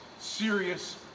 serious